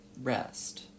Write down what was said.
rest